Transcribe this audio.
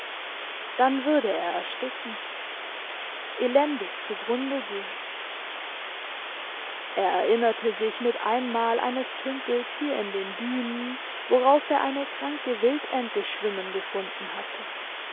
dann würde er ersticken elendig zu grunde gehen er erinnerte sich mit einmal eines tümpels hier in den dünen worauf er eine kranke wildente schwimmen gefunden hatte